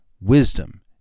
wisdom